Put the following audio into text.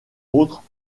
autre